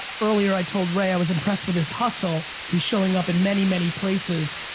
ah earlier i told ray i was impressed with his hustle. he's showing up in many, many places.